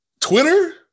Twitter